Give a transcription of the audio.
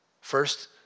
first